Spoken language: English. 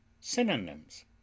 Synonyms